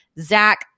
Zach